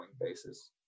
basis